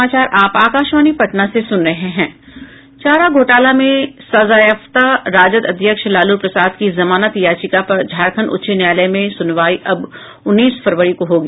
चारा घोटाला में सजायाफ्ता राजद अध्यक्ष लालू प्रसाद की जामनत याचिका पर झारखंड उच्च न्यायालय में सुनवाई अब उन्नीस फरवरी को होगी